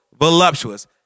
voluptuous